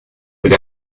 wenn